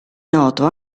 noto